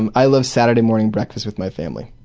um i love saturday morning breakfasts with my family.